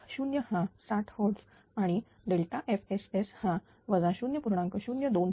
f0 हा 60 Hz आणि FSS हा 0